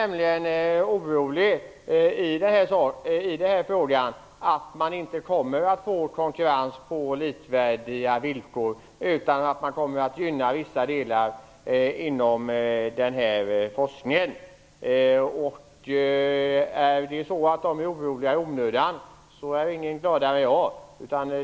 Man framför där oro för att det inte kommer att bli en konkurrens på likvärdiga villkor utan att vissa delar av denna forskning kommer att gynnas. Om de är oroliga i onödan är ingen gladare än jag.